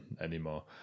anymore